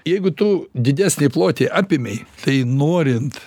jeigu tu didesnį plotį apėmei tai norint